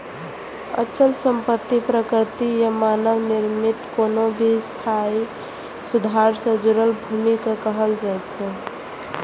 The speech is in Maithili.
अचल संपत्ति प्राकृतिक या मानव निर्मित कोनो भी स्थायी सुधार सं जुड़ल भूमि कें कहल जाइ छै